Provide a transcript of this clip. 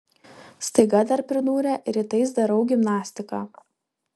staiga dar pridūrė rytais darau gimnastiką